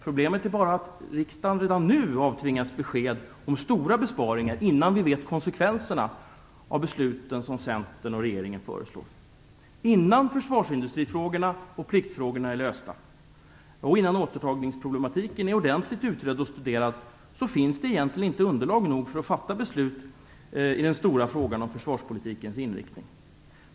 Problemet är bara att riksdagen redan nu avtvingas besked om stora besparingar, innan vi vet konsekvenserna av de beslut som Centern och regeringen föreslår. Innan försvarsindustrifrågorna och pliktfrågorna är lösta och innan återtagningsproblematiken är ordentligt studerad och utredd finns det egentligen inte underlag nog för att fatta beslut i den stora frågan om försvarspolitikens inriktning.